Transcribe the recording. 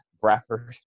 Bradford